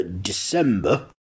December